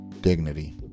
dignity